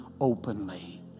openly